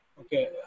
Okay